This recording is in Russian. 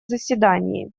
заседании